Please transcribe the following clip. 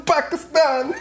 Pakistan